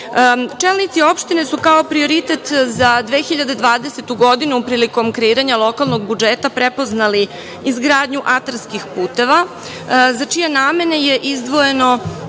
Čelnici opštine su kao prioritet za 2020. godinu, prilikom kreiranja lokalnog budžeta, prepoznali izgradnju atarskih puteva, za čije namene je izdvojeno